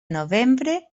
novembre